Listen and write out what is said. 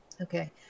Okay